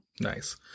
nice